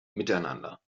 miteinander